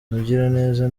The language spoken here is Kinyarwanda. mugiraneza